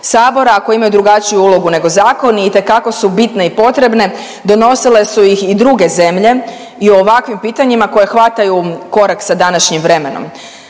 HS-a, a koji imaju drugačiju ulogu nego zakoni, itekako su bitne i potrebe. Donosile su ih i druge zemlje i u ovakvim pitanjima koji hvataju korak sa današnjim vremenom.